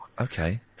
Okay